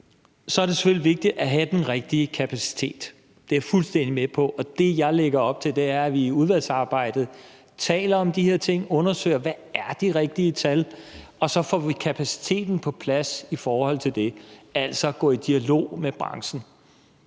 Så er det selvfølgelig vigtigt at have den rigtige kapacitet, det er jeg fuldstændig med på, og det, jeg lægger op til, er, at vi i udvalgsarbejdet taler om de her ting, undersøger, hvad de rigtige tal er, og at vi så får kapaciteten på plads i forhold til det, altså går i dialog med branchen.